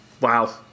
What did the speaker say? Wow